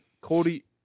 Cody